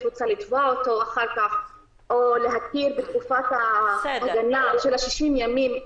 רוצה לתבוע אותו אחר כך או הכרה בתקופה ההגנה של 60 הימים.